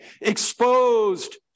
exposed